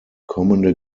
kommende